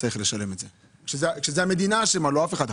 צריך לשלם על כך וזה כאשר המדינה אשמה ולא מישהו אחר.